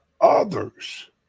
others